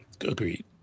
Agreed